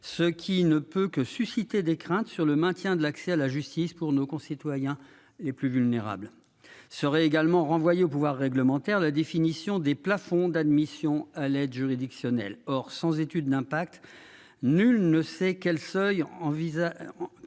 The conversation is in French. ce qui ne peut que susciter des craintes sur le maintien de l'accès à la justice pour nos concitoyens les plus vulnérables seraient également renvoyé au pouvoir réglementaire, la définition des plafonds d'admissions à l'aide juridictionnelle, or sans étude d'impact nul ne sait quel seuil envisage,